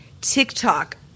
TikTok